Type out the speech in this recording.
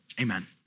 Amen